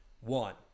One